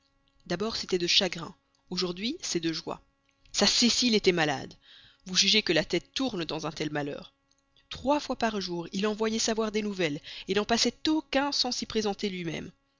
d'abord c'était de chagrin aujourd'hui c'est de joie sa cécile était malade vous jugez que la tête tourne dans un tel malheur trois fois par jour il envoyait savoir des nouvelles n'en passait aucun sans s'y présenter lui-même